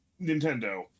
nintendo